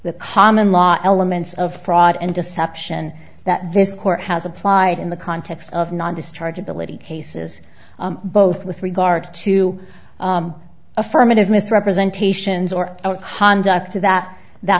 the common law elements of fraud and deception that this court has applied in the context of non discharge ability cases both with regard to affirmative misrepresentations or our conduct to that that